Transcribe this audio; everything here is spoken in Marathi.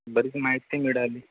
बरीच माहिती मिळाली